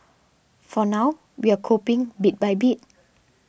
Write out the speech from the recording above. for now we're coping bit by bit